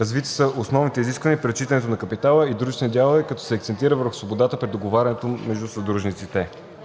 Развити са основните изисквания при отчитането на капитала и дружествените дялове, като се акцентира върху свободата при договарянето между съдружниците.